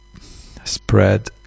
Spread